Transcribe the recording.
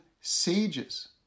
sages